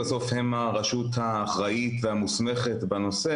בסוף הם הרשות האחראית המוסמכת בנושא.